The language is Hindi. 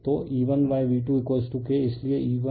तो E1V2K इसलिएE1 K V2 हैं